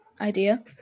idea